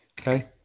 Okay